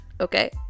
okay